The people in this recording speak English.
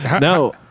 No